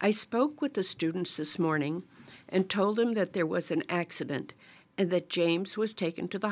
i spoke with the students this morning and told them that there was an accident and that james was taken to the